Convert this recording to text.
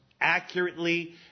accurately